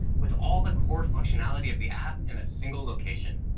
with all the core functionality of the app in a single location.